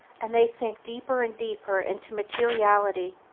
and they sink deeper and deeper into materiality,